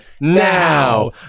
Now